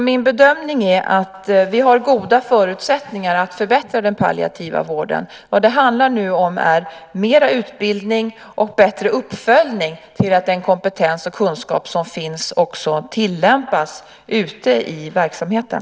Min bedömning är därför att vi har goda förutsättningar att förbättra den palliativa vården. Vad det nu handlar om är mera utbildning och bättre uppföljning så att den kompetens och kunskap som finns också tillämpas ute i verksamheten.